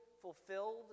fulfilled